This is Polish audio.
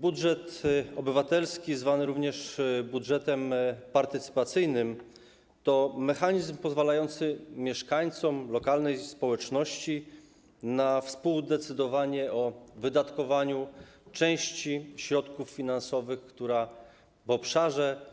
Budżet obywatelski, zwany również budżetem partycypacyjnym, to mechanizm pozwalający mieszkańcom lokalnej społeczności na współdecydowanie o wydatkowaniu części środków finansowych, która w obszarze